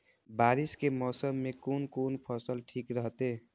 बारिश के मौसम में कोन कोन फसल ठीक रहते?